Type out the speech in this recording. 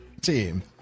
team